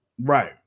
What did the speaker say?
Right